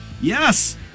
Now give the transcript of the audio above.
Yes